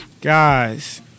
Guys